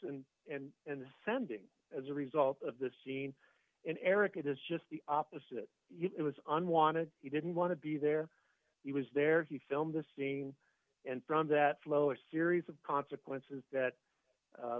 this and and sending as a result of the scene in eric it is just the opposite it was unwanted he didn't want to be there he was there he filmed the scene and from that flow a series of consequences that